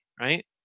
right